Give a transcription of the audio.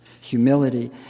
humility